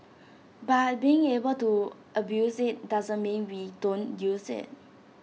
but being able to abuse IT doesn't mean we don't use IT